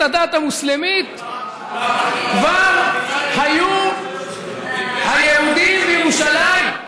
הדת המוסלמית כבר היו היהודים בירושלים.